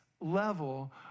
level